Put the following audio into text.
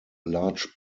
large